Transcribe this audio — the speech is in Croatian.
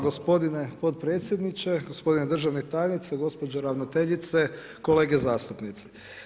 Gospodine potpredsjedniče, gospodine državni tajniče, gospođo ravnateljice, kolege zastupnici!